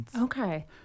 Okay